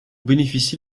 bénéficiez